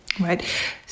Right